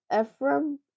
Ephraim